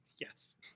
Yes